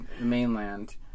mainland